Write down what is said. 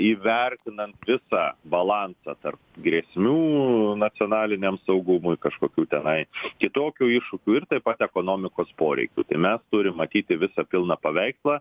įvertinant visą balansą tarp grėsmių nacionaliniam saugumui kažkokių tenai kitokių iššūkių ir taip pat ekonomikos poreikių tai mes turim matyti visą pilną paveikslą